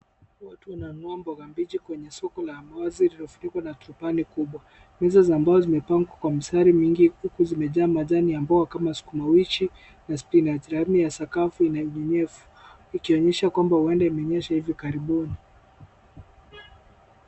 Watu wananunua mboga mbichi kwenye soko la wazi lililofunikwa na topali kubwa. Meza za mbao zimepangwa kwa mistari mingi huku zimejaa majani ya mboga kama sukuma wiki na spinach . Rangi ya sakafu ina unyevu ikionyesha kwamba huenda kumenyesha hivi karibuni.